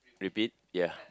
repeat ya